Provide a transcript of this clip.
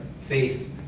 faith